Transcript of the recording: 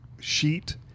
sheet